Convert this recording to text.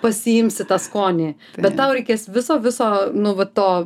pasiimsi tą skonį bet tau reikės viso viso nu va to